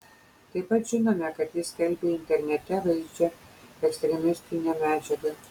taip pat žinome kad jis skelbė internete vaizdžią ekstremistinę medžiagą